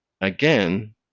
again